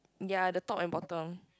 yea the top and bottom